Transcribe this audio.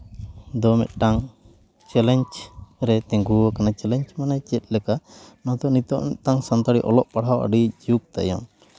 ᱫᱚ ᱢᱤᱫᱴᱟᱝ ᱪᱮᱞᱮᱧᱡᱽ ᱨᱮ ᱛᱤᱸᱜᱩ ᱠᱟᱱᱟ ᱪᱮᱞᱮᱧᱡᱽ ᱢᱟᱱᱮ ᱪᱮᱫ ᱞᱮᱠᱟ ᱚᱱᱟᱛᱮ ᱱᱤᱛᱚᱜ ᱢᱤᱫᱴᱟᱝ ᱥᱟᱱᱛᱟᱲᱤ ᱚᱞᱚᱜ ᱯᱟᱲᱦᱟᱣ ᱟᱹᱰᱤ ᱡᱩᱜᱽ ᱛᱟᱭᱚᱢ